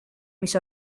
mis